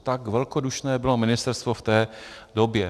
Tak velkodušné bylo ministerstvo v té době.